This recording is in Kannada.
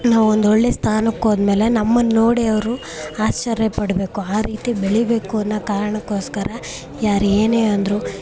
ನಾವೊಂದು ಒಳ್ಳೆಯ ಸ್ಥಾನಕ್ ಹೋದ್ಮೇಲೆ ನಮ್ಮನ್ನು ನೋಡಿ ಅವರು ಆಶ್ಚರ್ಯ ಪಡಬೇಕು ಆ ರೀತಿ ಬೆಳಿಬೇಕು ಅನ್ನೊ ಕಾರಣಕ್ಕೋಸ್ಕರ ಯಾರು ಏನೇ ಅಂದರೂ